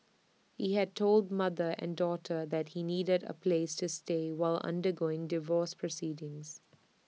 he had told mother and daughter that he needed A place to stay while undergoing divorce proceedings